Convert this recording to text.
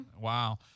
Wow